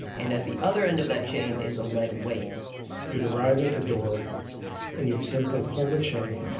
and at the other end of that chain is a lead weight you'd arrive at the door and you'd simply pull the chain.